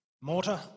mortar